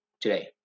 today